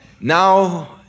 Now